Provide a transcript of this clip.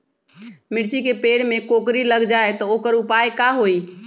मिर्ची के पेड़ में कोकरी लग जाये त वोकर उपाय का होई?